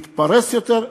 להתפרס יותר,